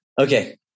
Okay